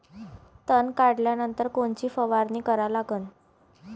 तन काढल्यानंतर कोनची फवारणी करा लागन?